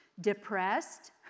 depressed